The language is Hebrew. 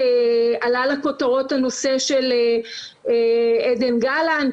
עלה לכותרות הנושא של עדן גלנט.